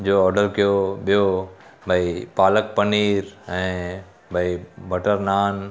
जो ऑडर कयो ॿियों भई पालक पनीर ऐं भई बटर नान